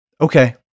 okay